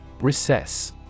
Recess